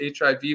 HIV